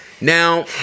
Now